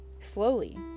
Slowly